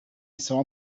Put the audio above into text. saw